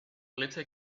little